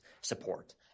support